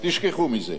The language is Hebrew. תשכחו מזה.